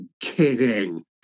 kidding